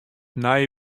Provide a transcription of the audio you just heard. nije